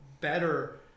better